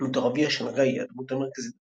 בתור אביה של ריי, הדמות המרכזית בסדרה.